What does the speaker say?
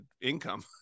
income